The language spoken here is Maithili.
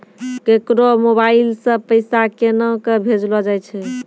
केकरो मोबाइल सऽ पैसा केनक भेजलो जाय छै?